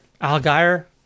Algier